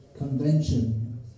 Convention